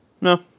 No